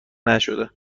نشده